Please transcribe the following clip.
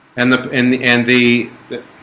and the in the end the the